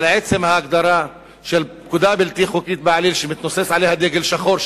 אבל עצם ההגדרה של פקודה בלתי חוקית בעליל שמתנוסס מעליה דגל שחור,